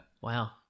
wow